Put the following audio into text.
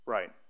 Right